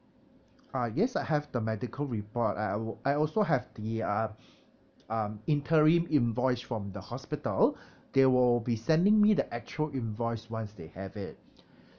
uh yes I have the medical report I wi~ I also have the uh um interim invoice from the hospital they will be sending me the actual invoice once they have it